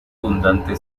abundante